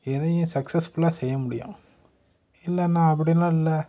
எதையும் சக்சஸ்ஃபுல்லாக செய்ய முடியும் இல்லை நான் அப்படிலாம் இல்லை